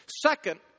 Second